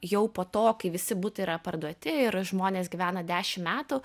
jau po to kai visi butai yra parduoti ir žmonės gyvena dešim metų